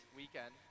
weekend